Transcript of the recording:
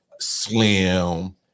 Slim